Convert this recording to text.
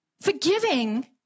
Forgiving